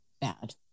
bad